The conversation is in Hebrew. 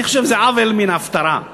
אני מקווה, ובעזרתו